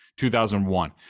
2001